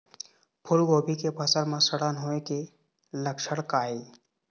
फूलगोभी के फसल म सड़न होय के लक्षण का ये?